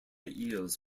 eels